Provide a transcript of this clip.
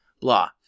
blah